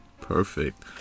Perfect